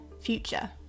future